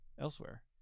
elsewhere